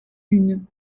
une